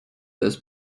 this